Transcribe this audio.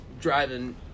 driving